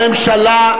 הממשלה,